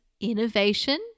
innovation